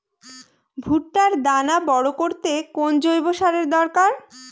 ভুট্টার দানা বড় করতে কোন জৈব সারের দরকার?